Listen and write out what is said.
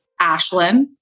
Ashlyn